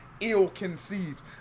ill-conceived